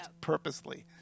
purposely